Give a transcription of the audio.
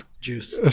juice